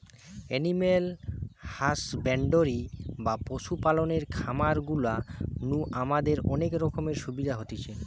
animal husbandry বা পশু পালনের খামার গুলা নু আমাদের অনেক রকমের সুবিধা হতিছে